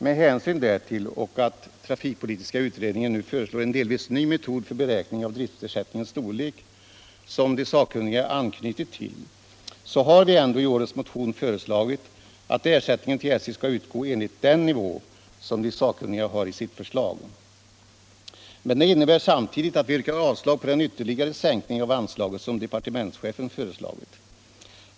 Med hänsyn härtill och till att trafikpolitiska utredningen nu föreslår en delvis ny metod för beräkning av driftersättningens storlek, som de sakkunniga anknutit till, har vi ändå i årets motion föreslagit att ersättningen till SJ skall 125 utgå enligt den nivå som de sakkunniga har angivit i sitt förslag. Men det innebär samtidigt att vi yrkar avslag på den ytterligare sänkning av anslaget som departementschefen har föreslagit.